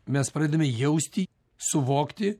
mes pradedame jausti suvokti